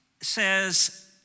says